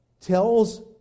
tells